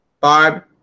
Barb